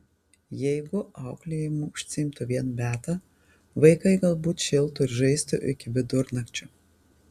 jeigu auklėjimu užsiimtų vien beata vaikai galbūt šėltų ir žaistų iki vidurnakčio